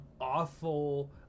awful